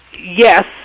Yes